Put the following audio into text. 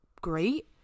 great